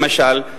למשל,